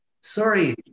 sorry